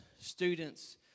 students